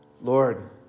Lord